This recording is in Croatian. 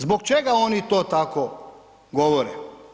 Zbog čega oni to tako govore?